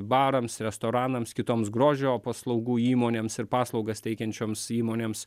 barams restoranams kitoms grožio paslaugų įmonėms ir paslaugas teikiančioms įmonėms